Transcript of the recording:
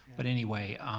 but, anyway.